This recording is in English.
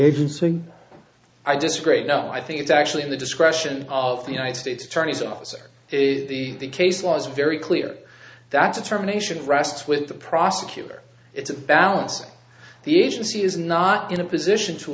disagree no i think it's actually in the discretion of the united states attorney's office or the case was very clear that determination rests with the prosecutor it's a balance the agency is not in a position to